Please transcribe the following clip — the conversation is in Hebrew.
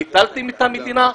ביטלתם את המדינה?